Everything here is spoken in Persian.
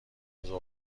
عضو